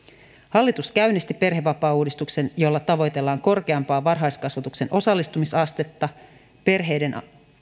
hallitus käynnisti perhevapaauudistuksen jolla tavoitellaan korkeampaa varhaiskasvatuksen osallistumisastetta perheiden